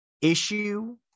issue